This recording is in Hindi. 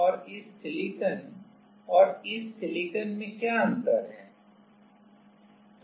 और इस सिलिकॉन और इस सिलिकॉन में क्या अंतर है